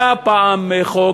היה פעם חוק,